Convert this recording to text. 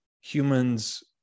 humans